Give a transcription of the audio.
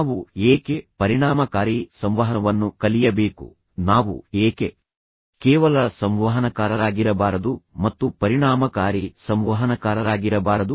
ನಾವು ಏಕೆ ಪರಿಣಾಮಕಾರಿ ಸಂವಹನವನ್ನು ಕಲಿಯಬೇಕು ನಾವು ಏಕೆ ಕೇವಲ ಸಂವಹನಕಾರರಾಗಿರಬಾರದು ಮತ್ತು ಪರಿಣಾಮಕಾರಿ ಸಂವಹನಕಾರರಾಗಿರಬಾರದು